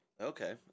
Okay